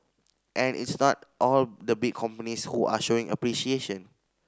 and it's not all the big companies who are showing appreciation